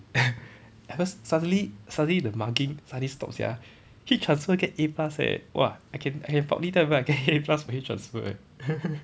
at first suddenly suddenly the mugging suddenly stopped sia heat transfer get A plus eh !wah! I can I can proudly tell people I get A plus for heat transfer eh